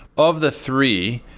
of the three,